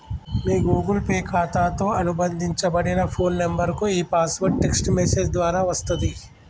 మీ Google Pay ఖాతాతో అనుబంధించబడిన phone నంబర్కు ఈ పాస్వర్డ్ టెక్ట్స్ మెసేజ్ ద్వారా వస్తది